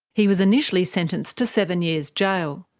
he was initially sentenced to seven years jail.